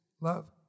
love